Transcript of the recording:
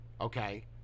okay